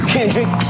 Kendrick